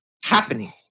happening